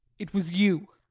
it was you!